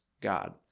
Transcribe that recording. God